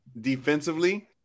defensively